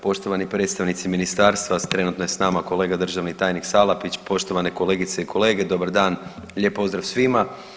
Poštovani predstavnici ministarstva, trenutno je s nama kolega državi tajnik Salapić, poštovane kolegice i kolege, dobar dan, lijep pozdrav svima.